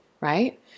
right